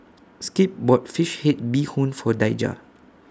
Skip bought Fish Head Bee Hoon For Daija